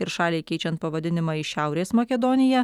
ir šaliai keičiant pavadinimą į šiaurės makedonija